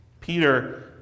Peter